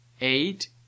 eight